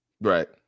Right